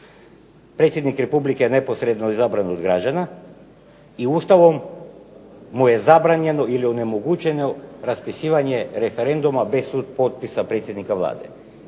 Predsjednik Republike je neposredno izabran od građana i Ustavom mu je zabranjeno ili onemogućeno raspisivanje referenduma bez supotpisa predsjednika Vlade.